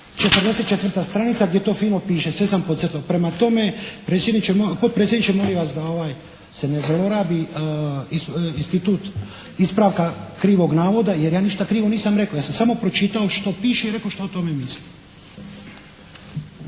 44 stranica gdje to fino piše, sve sam podcrtao. Prema tome, potpredsjedniče molim vas da se ne zlorabi institut ispravka krivog navoda, jer ja ništa krivo nisam rekao. Ja sam samo pročitao što piše i rekao što o tome mislim.